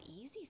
easy